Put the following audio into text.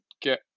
get